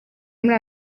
muri